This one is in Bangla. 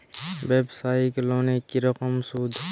ব্যবসায়িক লোনে কি রকম সুদ?